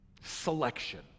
selection